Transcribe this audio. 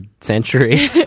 century